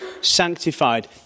Sanctified